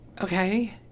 Okay